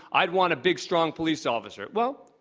i'd want a big, strong police officer. well,